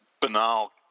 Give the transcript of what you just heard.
banal